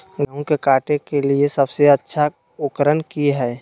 गेहूं के काटे के लिए सबसे अच्छा उकरन की है?